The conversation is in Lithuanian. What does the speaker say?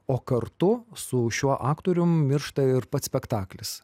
o kartu su šiuo aktorium miršta ir pats spektaklis